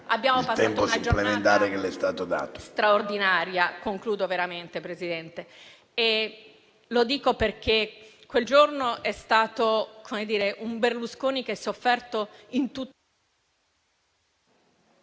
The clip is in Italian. ...abbiamo passato una giornata straordinaria. Concludo veramente, Presidente. Lo dico perché quel giorno è stato un Berlusconi che si è offerto... *(Il microfono